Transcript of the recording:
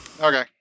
Okay